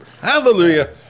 Hallelujah